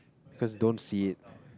cause you don't see it